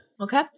Okay